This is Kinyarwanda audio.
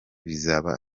bizaba